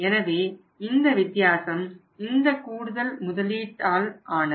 எனவே இந்த வித்தியாசம் இந்தக் கூடுதல் முதலீட்டாலானது